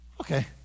Okay